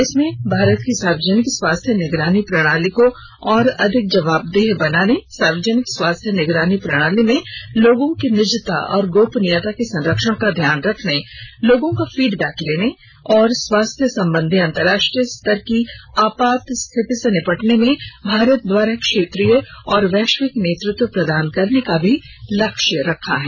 इसमें भारत की सार्वजनिक स्वास्थ्य निगरानी प्रणाली को और अधिक जवाबदेह बनाने सार्वजनिक स्वास्थ्य निगरानी प्रणाली में लोगों की निजता और गोपनीयता के संरक्षण का ध्यान रखने लोगों का फीड बैक लेने और स्वास्थ्य संबंधी अंतर्राष्ट्रीय स्तर की आपात स्थिति से निपटने में भारत द्वारा क्षेत्रीय और वैश्विक नेतृत्व प्रदान करने का भी लक्ष्य रखा है